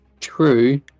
True